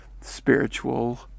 spiritual